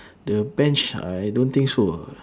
the bench I don't think so ah